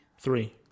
Three